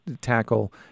tackle